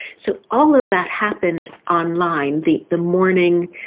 so all of that happened online, the the mourning,